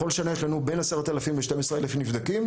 בכל שנה יש לנו בין 12-10 אלף נבדקים,